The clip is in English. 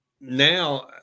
now